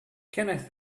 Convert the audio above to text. kenneth